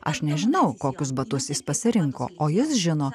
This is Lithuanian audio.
aš nežinau kokius batus jis pasirinko o jis žino